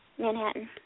Manhattan